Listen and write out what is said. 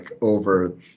over